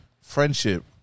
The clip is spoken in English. friendship